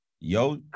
yo